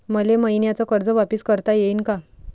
मले मईन्याचं कर्ज वापिस करता येईन का?